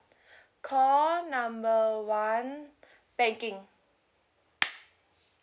call number one banking